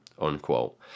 unquote